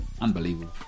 Unbelievable